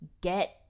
get